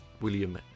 william